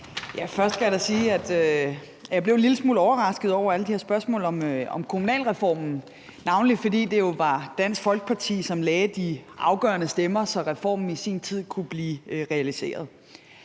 Først skal jeg da sige, at jeg blev en lille smule overrasket over alle de her spørgsmål om kommunalreformen, navnlig fordi det jo var Dansk Folkeparti, som lagde de afgørende stemmer, så reformen i sin tid kunne blive realiseret.